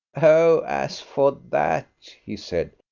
o, as for that, he said,